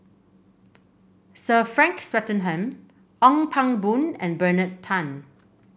Sir Frank Swettenham Ong Pang Boon and Bernard Tan